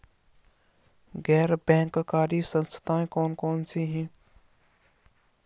गैर बैंककारी संस्थाएँ कौन कौन सी हैं?